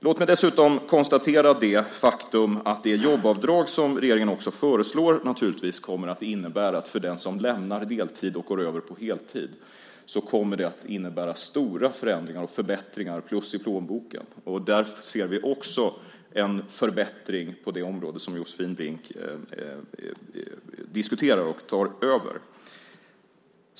Låt mig dessutom konstatera det faktum att det jobbavdrag som regeringen föreslår naturligtvis kommer att innebära stora förändringar och förbättringar för den som lämnar deltid och går över till heltid. Det kommer att bli plus i plånboken. Där ser vi också en förbättring på det område som Josefin Brink diskuterar och tar över.